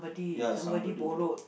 ya somebody put